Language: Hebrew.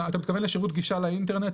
אתה מתכוון לשירות גישה לאינטרנט,